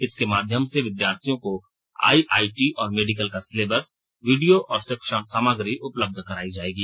इसके माध्यम से विद्यार्थियों को आईआईटी और मेडिकल का सिलेबस वीडियो और शिक्षण सामग्री उपलब्ध कराई जाएगी